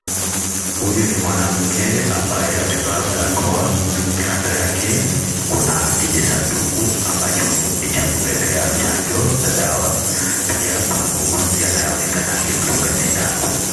Huyu ni mwanamke, ambaye amevaa barakoa. Kando yake kuna kijisanduku, ambacho ni cha kubebea chanjo za dawa. Pia, kuna muuguzi anayeonekana akimdunga sindano.